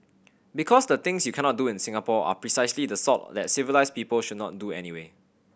because the things you cannot do in Singapore are precisely the sort that civilised people should not do anyway